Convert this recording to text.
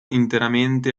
interamente